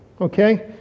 okay